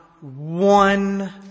one